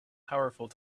powerful